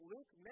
Luke